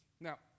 now